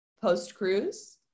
post-cruise